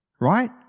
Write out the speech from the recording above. right